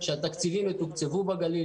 שהתקציבים יתוקצבו בגליל,